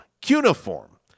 cuneiform